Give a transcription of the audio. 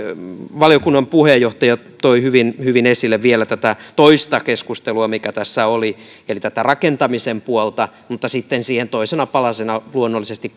valiokunnan puheenjohtaja toi hyvin hyvin esille vielä tätä toista keskustelua mikä tässä oli eli tätä rakentamisen puolta mutta sitten siihen toisena palasena luonnollisesti